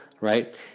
right